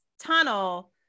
tunnel